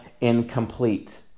incomplete